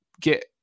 get